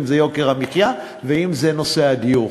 אם יוקר המחיה ואם נושא הדיור.